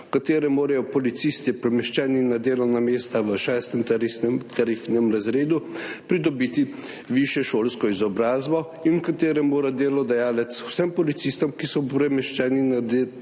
v katerem morajo policisti, premeščeni na delovna mesta v VI. tarifnem razredu, pridobiti višješolsko izobrazbo in v katerem mora delodajalec vsem policistom, ki so premeščeni na